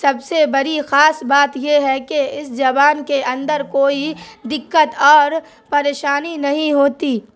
سب سے بڑی خاص بات یہ ہے کہ اس زبان کے اندر کوئی دقت اور پریشانی نہیں ہوتی